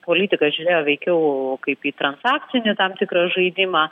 politiką žiūrėjo veikiau kaip į transakcinį tam tikrą žaidimą